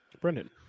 Brendan